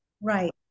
Right